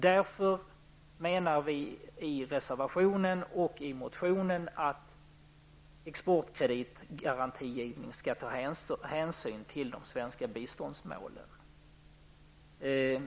Därför skriver vi i reservationen och i motionen att exportgarantikreditgivning skall ta hänsyn till de svenska biståndsmålen.